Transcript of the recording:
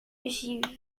d’ogives